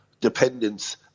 dependence